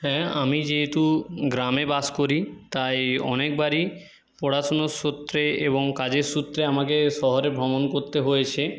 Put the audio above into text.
হ্যাঁ আমি যেহেতু গ্রামে বাস করি তাই অনেকবারই পড়াশুনোর সূত্রে এবং কাজের সূত্রে আমাকে শহরে ভ্রমণ করতে হয়েছে